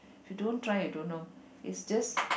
you don't try you don't know it's just